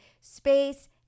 space